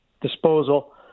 disposal